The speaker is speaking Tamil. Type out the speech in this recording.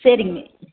சரிங்க